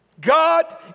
God